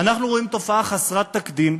אנחנו רואים תופעה חסרת תקדים: